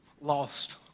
Lost